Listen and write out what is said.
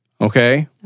Okay